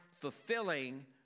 fulfilling